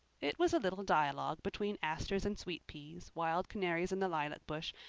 it was a little dialogue between asters and sweet-peas, wild canaries in the lilac bush,